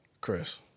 Chris